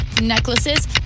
Necklaces